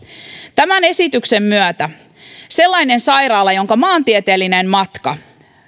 tämän esityksen myötä sellainen sairaala jonka maantieteellinen matka